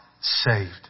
saved